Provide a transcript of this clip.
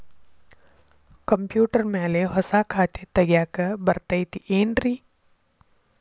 Computer ಮ್ಯಾಲೆ ಹೊಸಾ ಖಾತೆ ತಗ್ಯಾಕ್ ಬರತೈತಿ ಏನ್ರಿ?